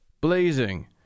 blazing